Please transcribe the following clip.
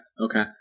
Okay